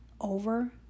over